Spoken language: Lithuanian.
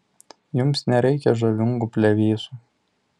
jums nereikia žavingų plevėsų